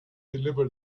deliver